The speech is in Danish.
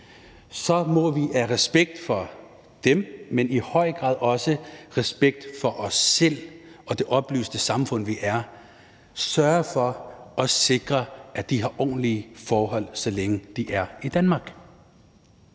må vi af respekt for dem, men i høj grad også af respekt for os selv og det oplyste samfund, vi er, sørge for at sikre, at de har ordentlige forhold, så længe de er i Danmark.